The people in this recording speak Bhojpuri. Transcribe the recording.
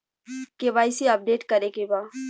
के.वाइ.सी अपडेट करे के बा?